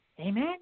Amen